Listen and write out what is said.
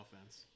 offense